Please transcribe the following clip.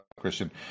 Christian